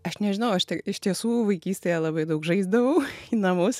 aš nežinau aš tai iš tiesų vaikystėje labai daug žaisdavau namus